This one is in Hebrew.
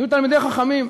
היו תלמידי חכמים,